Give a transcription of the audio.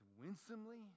winsomely